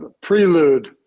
prelude